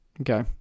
Okay